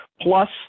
plus